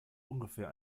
ungefähr